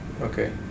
okay